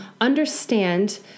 understand